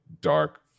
dark